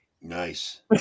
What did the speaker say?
Nice